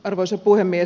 arvoisa puhemies